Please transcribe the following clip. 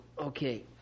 Okay